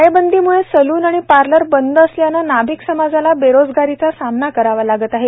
टाळेबंदीम्ळे salon आणि parlour बंद असल्याने नाभिक समाजाला बेरोजगारीचा सामना करावा लागत आहे